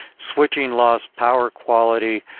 switching lost power quality,